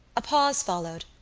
a pause followed,